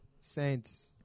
Saints